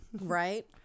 Right